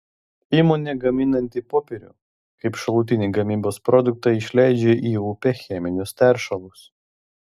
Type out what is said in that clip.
įmonė gaminanti popierių kaip šalutinį gamybos produktą išleidžia į upę cheminius teršalus